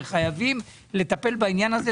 וחייבים לטפל בעניין הזה,